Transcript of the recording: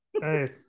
Hey